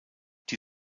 die